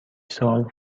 سال